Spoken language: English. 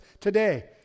today